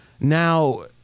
Now